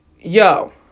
Yo